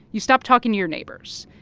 you stop talking to your neighbors,